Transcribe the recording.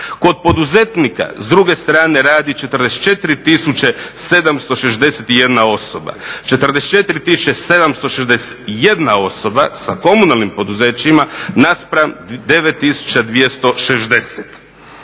Kod poduzetnika s druge strane radi 44761 osoba, 44761 osoba sa komunalnim poduzećima naspram 9260.